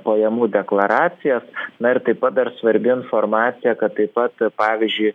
pajamų deklaracijas na ir taip dar svarbi informacija kad taip pat pavyzdžiui